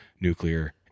nuclear